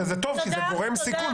וזה טוב כי זה גורם סיכון,